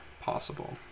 possible